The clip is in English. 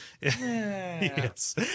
yes